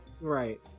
Right